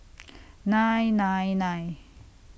nine nine nine